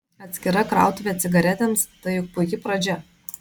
atskira krautuvė cigaretėms tai juk puiki pradžia